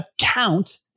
account